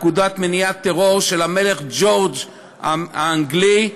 פקודת מניעת טרור של המלך ג'ורג' האנגלי,